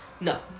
no